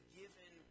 given